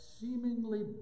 seemingly